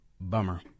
Bummer